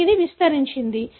కాబట్టి ఇది విస్తరించింది